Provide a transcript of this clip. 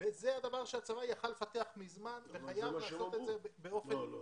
וזה הדבר שהצבא יכול היה לפתח מזמן וחייב לעשות את זה באופן מיידי.